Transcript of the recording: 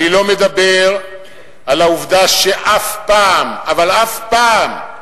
אני לא מדבר על העובדה שאף פעם, אבל אף פעם,